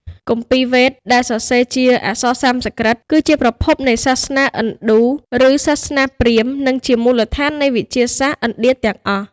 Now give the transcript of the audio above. គម្ពីរវេទ ដែលសរសេរជាអក្សរសំស្ក្រឹតគឺជាប្រភពនៃសាសនាឥណ្ឌូឬសាសនាព្រាហ្មណ៍ និងជាមូលដ្ឋាននៃវិទ្យាសាស្ត្រឥណ្ឌាទាំងអស់ ។